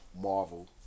Marvel